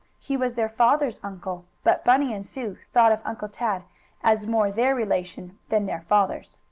he was their father's uncle, but bunny and sue thought of uncle tad as more their relation than their father's.